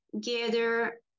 gather